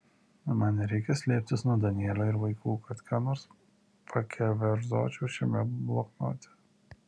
man nereikia slėptis nuo danielio ir vaikų kad ką nors pakeverzočiau šiame bloknote